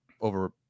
over